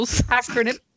acronym